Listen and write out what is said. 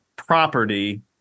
property